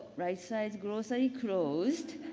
right side, grocery closed.